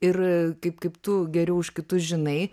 ir kaip kaip tu geriau už kitus žinai